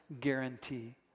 guarantee